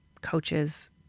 coaches